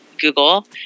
Google